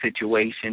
situation